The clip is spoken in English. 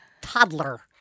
toddler